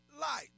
Light